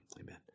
Amen